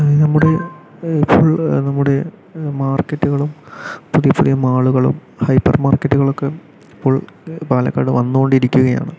നമ്മുടെ നമ്മുടെ മാർക്കറ്റുകളും പുതിയ പുതിയ മാളുകളും ഹൈപ്പർ മാർക്കറ്റുകളൊക്കെ ഇപ്പോൾ പാലക്കാട് വന്ന് കൊണ്ടിരിക്കുകയാണ്